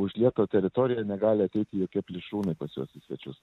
užlietą teritoriją negali ateiti jokie plėšrūnai pas juos į svečius